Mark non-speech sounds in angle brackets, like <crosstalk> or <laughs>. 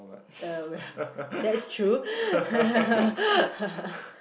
uh well that's true <laughs>